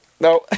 No